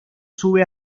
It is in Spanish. sube